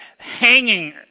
hanging